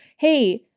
hey,